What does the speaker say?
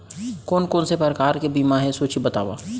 कोन कोन से प्रकार के बीमा हे सूची बतावव?